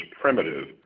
primitive